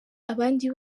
abandi